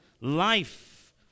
Life